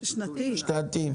שנתי.